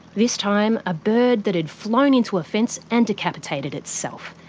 this time a bird that had flown into a fence and decapitated itself.